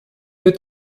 wird